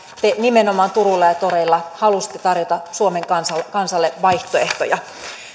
te nimenomaan turuilla ja toreilla halusitte tarjota suomen kansalle kansalle vaihtoehtoja